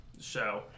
show